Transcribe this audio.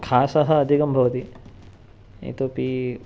खासः अधिकं भवति इतोपि